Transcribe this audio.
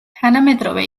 თანამედროვე